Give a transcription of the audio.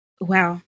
wow